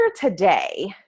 today